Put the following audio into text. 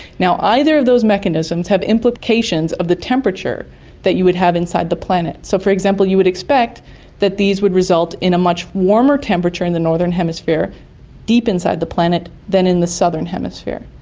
either of those mechanisms have implications of the temperature that you would have inside the planet. so, for example, you would expect that these would result in a much warmer temperature in the northern hemisphere deep inside the planet than in the southern hemisphere.